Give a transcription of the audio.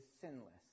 sinless